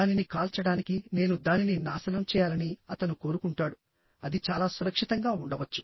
దానిని కాల్చడానికి నేను దానిని నాశనం చేయాలని అతను కోరుకుంటాడు అది చాలా సురక్షితంగా ఉండవచ్చు